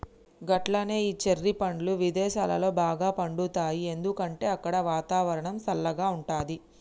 గట్లనే ఈ చెర్రి పండ్లు విదేసాలలో బాగా పండుతాయి ఎందుకంటే అక్కడ వాతావరణం సల్లగా ఉంటది